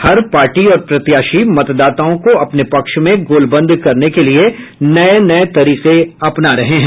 हर party और प्रत्याशी मतदाताओं को अपने पक्ष में गोलबंद करने के लिये नये नये तरीके अपना रहे हैं